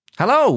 Hello